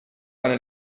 eine